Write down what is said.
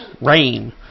Rain